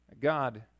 God